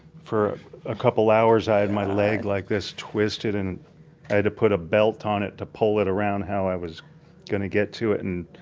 for a couple of hours, i had my leg like this twisted, and i had to put a belt on it to pull it around how i was gonna get to it and,